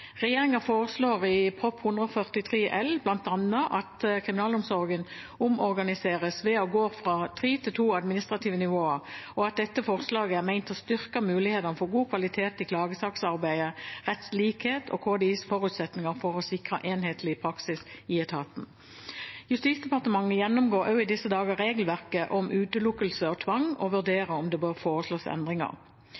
foreslår i Prop. 143 L for 2019–2020 bl.a. at kriminalomsorgen omorganiseres ved å gå fra tre til to administrative nivåer, og at dette forslaget er ment å styrke mulighetene for god kvalitet i klagesaksarbeidet, rettslikhet og Kriminalomsorgsdirektoratets, KDIs, forutsetninger for å sikre en enhetlig praksis i etaten. Justis- og beredskapsdepartementet gjennomgår også i disse dager regelverket om utelukkelse og tvang og